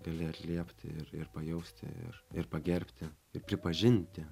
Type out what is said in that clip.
gali atliept ir ir pajausti ir ir pagerbti ir pripažinti